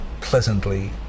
pleasantly